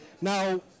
Now